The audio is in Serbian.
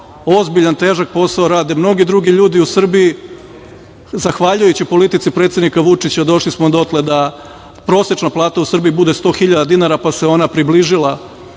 Ozbiljan težak posao rade mnogi drugi ljudi u Srbiji. Zahvaljujući politici predsednika Vučića došli smo dotle da prosečna plata u Srbiji bude 100 hiljada dinara, pa se ona približila